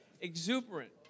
exuberant